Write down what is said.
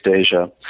Asia